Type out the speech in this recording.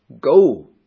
Go